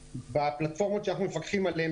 בפלטפורמות שאנחנו מפקחים עליהן,